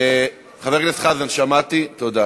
חבר הכנסת חזן, שמעתי, תודה.